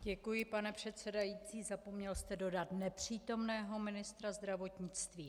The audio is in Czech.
Děkuji pane předsedající, zapomněl jste dodat nepřítomného ministra zdravotnictví.